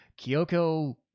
Kyoko